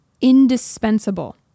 indispensable